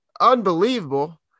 Unbelievable